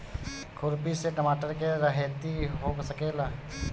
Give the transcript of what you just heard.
खुरपी से टमाटर के रहेती हो सकेला?